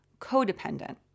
codependent